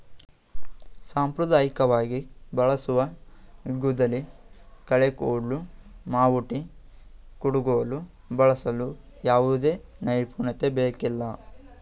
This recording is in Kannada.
ಸಾಂಪ್ರದಾಯಿಕವಾಗಿ ಬಳಸುವ ಗುದ್ದಲಿ, ಕಳೆ ಕುಡ್ಲು, ಮಾವುಟಿ, ಕುಡುಗೋಲು ಬಳಸಲು ಯಾವುದೇ ನೈಪುಣ್ಯತೆ ಬೇಕಿಲ್ಲ